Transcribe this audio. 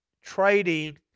trading